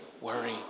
worry